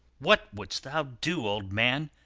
what wouldst thou do, old man?